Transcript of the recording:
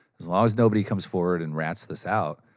as long as nobody comes forward and rats this out.